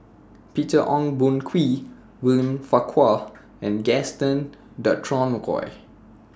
Peter Ong Boon Kwee William Farquhar and Gaston Dutronquoy